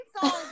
songs